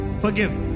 forgive